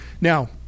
Now